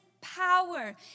power